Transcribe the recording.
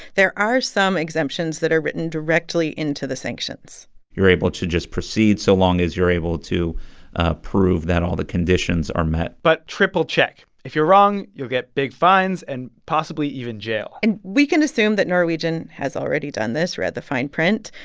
there are some exemptions that are written directly into the sanctions you're able to just proceed so long as you're able to ah prove that all the conditions are met but triple check. if you're wrong, you'll get big fines, and possibly even jail and we can assume that norwegian has already done this read the fine print.